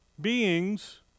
beings